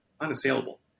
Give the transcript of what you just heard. unassailable